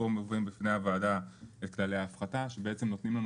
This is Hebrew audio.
פה מובאים בפני הועדה כללי ההפחתה שבעצם נותנים לנו